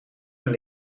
mijn